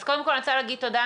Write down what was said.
אז קודם כל אני רוצה להגיד תודה,